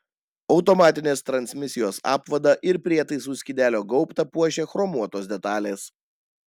automatinės transmisijos apvadą ir prietaisų skydelio gaubtą puošia chromuotos detalės